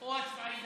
או הצבעה ידנית,